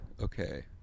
okay